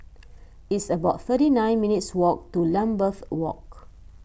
it's about thirty nine minutes' walk to Lambeth Walk